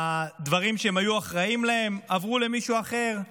הדברים שהם היו אחראים להם עברו למישהו אחר,